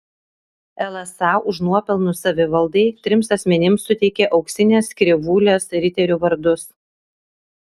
lsa už nuopelnus savivaldai trims asmenims suteikė auksinės krivūlės riterių vardus